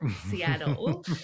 Seattle